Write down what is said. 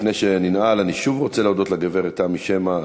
לפני שננעל אני שוב רוצה להודות לגברת תמי שמע,